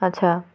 আচ্ছা